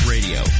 Radio